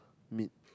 meat